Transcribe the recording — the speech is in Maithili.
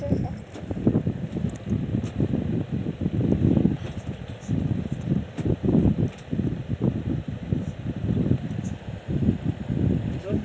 अजवाइन मे बहुत औषधीय गुण होइ छै, तें लोक एकरा साथ मे सेहो राखै छै